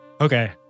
Okay